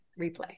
replay